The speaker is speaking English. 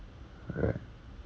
alright